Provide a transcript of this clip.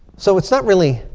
so it's not really,